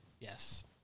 Yes